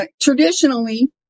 Traditionally